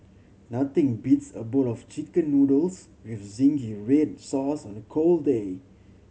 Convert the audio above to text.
nothing beats a bowl of Chicken Noodles with zingy red sauce on a cold day